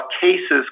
cases